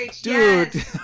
Dude